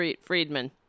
Friedman